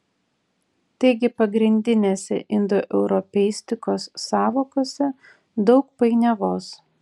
taigi pagrindinėse indoeuropeistikos sąvokose daug painiavos